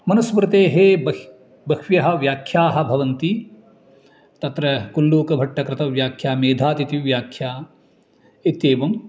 मनुस्मृतेः बह्व्यः बह्व्यः व्याख्याः भवन्ति तत्र कुल्लूकभट्टकृतव्याख्या मेधातिथिव्याख्या इत्येवम्